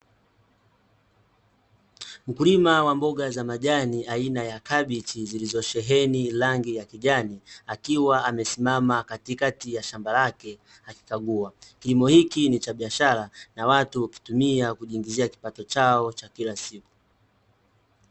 Mkulima wa mboga za majani aina ya kabichi zilizo sheheni rangi ya kijani akiwa amesimama katikati ya shamba lake akikagua. Kilimo hiki ni cha biashara na watu hukitumia kujiingizia kipato chao cha kila siku.